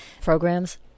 programs